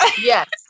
Yes